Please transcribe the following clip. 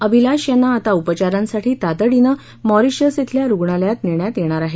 अभिलाष यांना आता उपचारासाठी तातडीनं मॉरिशिअस इथल्या रुग्णालयात नेण्यात येणार आहे